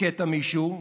הכית מישהו,